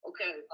Okay